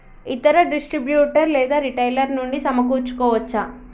ఇతర డిస్ట్రిబ్యూటర్ లేదా రిటైలర్ నుండి సమకూర్చుకోవచ్చా?